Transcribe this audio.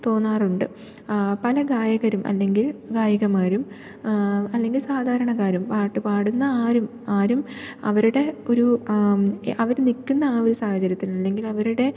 തോന്നാറുണ്ട് പല ഗായകരും അല്ലെങ്കിൽ ഗായികമാരും അല്ലെങ്കിൽ സാധാരണക്കാരും പാട്ട് പാടുന്ന ആരും ആരും അവരുടെ ഒരു ആ അവർ നിൽക്കുന്ന ആ ഒരു സാഹചര്യത്തിൽ അല്ലെങ്കിൽ അവരുടെ